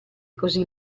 così